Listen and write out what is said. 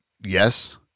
yes